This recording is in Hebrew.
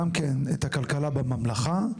גם את הכלכלה בממלכה,